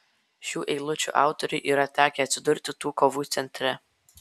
šių eilučių autoriui yra tekę atsidurti tų kovų centre